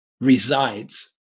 resides